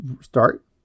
start